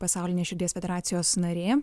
pasaulinės širdies federacijos narė